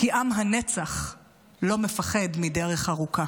כי עם הנצח לא מפחד מדרך ארוכה